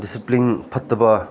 discipline ꯐꯠꯇꯕ